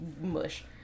mush